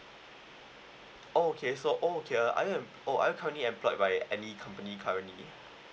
oh okay so okay are you uh oh are you currently employed by any company currently